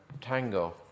Tango